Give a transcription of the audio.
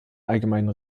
allgemeinen